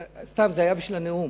סתם, זה היה בשביל הנאום.